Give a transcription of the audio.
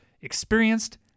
experienced